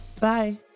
Bye